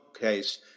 case